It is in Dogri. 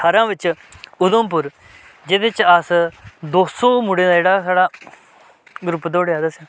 ठारां बिच्च उधमपुर जेह्दे च अस दो सौ मुड़े दा जेह्ड़ा साढ़ा ग्रुप दोआड़ेआ ते असें